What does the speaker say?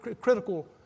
critical